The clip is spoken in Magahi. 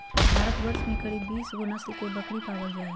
भारतवर्ष में करीब बीस गो नस्ल के बकरी पाल जा हइ